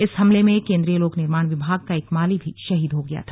इस हमले में केन्द्रीय लोक निर्माण विभाग का एक माली भी शहीद हो गया था